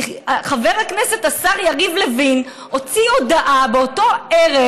כי חבר הכנסת השר יריב לוין הוציא הודעה באותו ערב